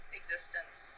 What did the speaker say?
existence